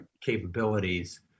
capabilities